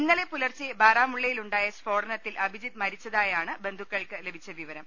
ഇന്നലെ പുലർച്ചെ ബാരാമുള്ളയിൽ ഉണ്ടായ സ്ഫോടന ത്തിൽ അഭിജിത്ത് മരിച്ചതായാണ് ബന്ധുക്കൾക്ക് ലഭിച്ച വിവരം